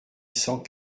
cent